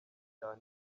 cyane